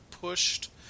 pushed